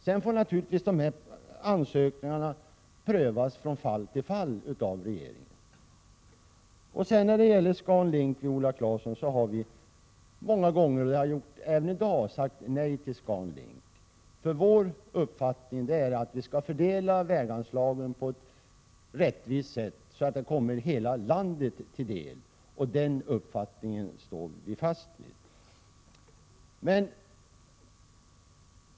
Sedan får dessa ansökningar prövas från fall till fall av regeringen. ScanLink har vi många gånger, även i dag, sagt nej till, Viola Claesson. Socialdemokraternas uppfattning är att väganslagen skall fördelas på ett rättvist sätt så att de kommer hela landet till del, och det står vi fast vid.